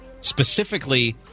specifically